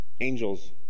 Angels